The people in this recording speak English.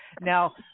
Now